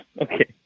Okay